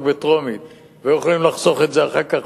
בקריאה טרומית והיו יכולים לחסוך את זה אחר כך,